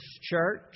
church